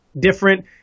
different